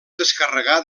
descarregar